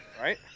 right